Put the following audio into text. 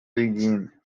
reign